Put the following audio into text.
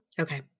Okay